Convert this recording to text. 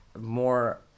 more